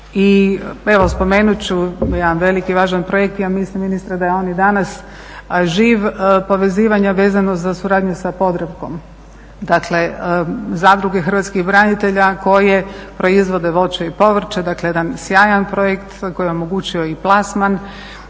I spomenut ću jedan velik i važan projekt, ja mislim ministra da je on i danas živ, povezivanje vezano za suradnju sa Podravkom. Dakle zadruge hrvatskih branitelja koje proizvode voće i povrće, dakle jedan sjajan projekt koji je omogućio i plasman